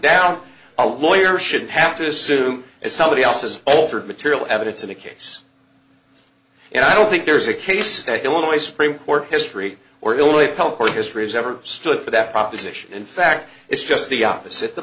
down a lawyer should have to assume it's somebody else's altered material evidence in a case and i don't think there's a case the illinois supreme court history or will it help or history has ever stood for that proposition in fact it's just the opposite the